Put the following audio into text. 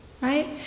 right